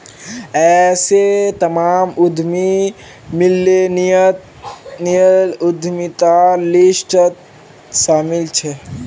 ऐसे तमाम उद्यमी मिल्लेनियल उद्यमितार लिस्टत शामिल छे